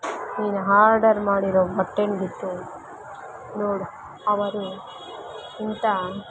ನೀನು ಹಾರ್ಡರ್ ಮಾಡಿರೋ ಬಟ್ಟೆ ಬಿಟ್ಟು ನೋಡು ಅವರು ಇಂಥಾ